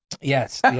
Yes